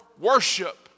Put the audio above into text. worship